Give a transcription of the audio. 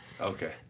Okay